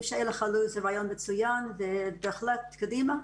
של אלה שחלו זה רעיון מצוין ובהחלט קדימה.